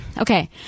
okay